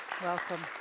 Welcome